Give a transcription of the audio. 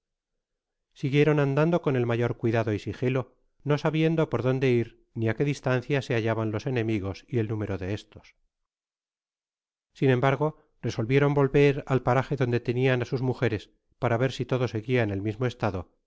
siguieron andando con el mayor cuidado y sigilo no sabiendo por donde ir ni á qué distancia se hallabas los enemigos y el número de estos sin embargo resolvieron volver al paraje donde tenian á sus mujeres para ver si todo seguía en el mismo estado